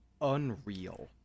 unreal